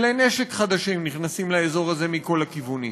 כלי נשק חדשים נכנסים לאזור הזה מכל הכיוונים,